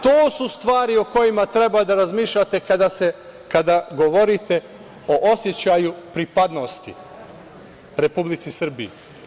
To su stvari o kojima treba da razmišljate kada govorite o osećaju pripadnosti Republici Srbiji.